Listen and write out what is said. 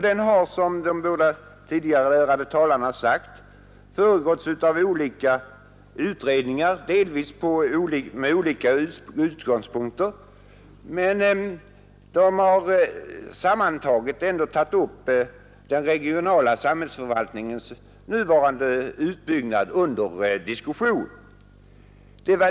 Den har, som de båda tidigare ärade talarna sagt, föregåtts av olika utredningar, delvis med olika utgångspunkter. Sammantaget har de ändå tagit upp den regionala samhällsförvaltningens nuvarande uppbyggnad till diskussion.